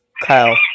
Kyle